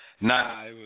Nah